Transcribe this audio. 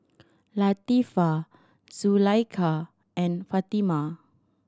Latifa Zulaikha and Fatimah